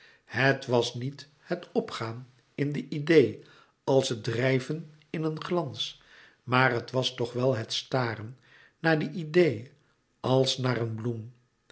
het was niet het opgaan in de idee als het drijven in een glans maar het was toch wel het staren naar de idee als naar een bloem